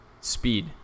speed